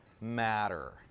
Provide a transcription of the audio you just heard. matter